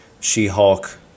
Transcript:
She-Hulk